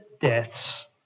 deaths